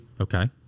okay